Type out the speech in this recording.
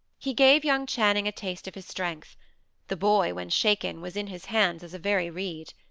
he gave young channing a taste of his strength the boy, when shaken, was in his hands as a very reed.